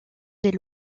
des